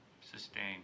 Sustained